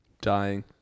Dying